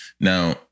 Now